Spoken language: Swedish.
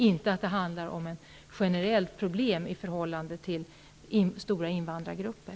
Det är inte ett generellt problem i fråga om stora invandrargrupper.